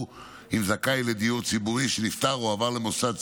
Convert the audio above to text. עם זכאי לדיור ציבורי שנפטר או עבר למוסד סיעודי,